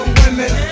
women